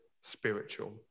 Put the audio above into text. spiritual